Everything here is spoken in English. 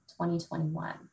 2021